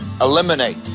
eliminate